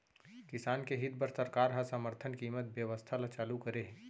किसान के हित बर सरकार ह समरथन कीमत बेवस्था ल चालू करे हे